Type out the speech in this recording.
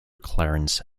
clarence